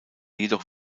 jedoch